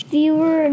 Viewer